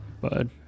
bud